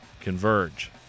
Converge